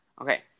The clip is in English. Okay